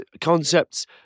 concepts